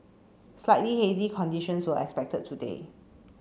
slightly hazy conditions were expected today